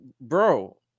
bro